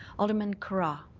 alderman carra.